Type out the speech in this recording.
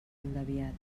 engabiat